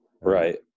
Right